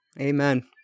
Amen